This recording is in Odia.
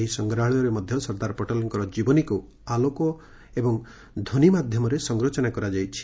ଏହି ସଂଗ୍ରହାଳୟରେ ମଧ୍ଧ ସର୍ଦ୍ଦାର ପଟେଲଙ୍କର ଜୀବନୀକୁ ଆଲୋକ ଏବଂ ଧ୍ୱନି ମାଧ୍ଧମରେ ସଂରଚନା କରାଯାଇଛି